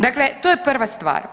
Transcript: Dakle, to je prva stvar.